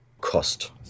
cost